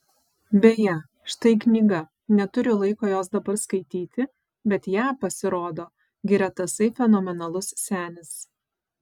beje štai knyga neturiu laiko jos dabar skaityti bet ją pasirodo giria tasai fenomenalus senis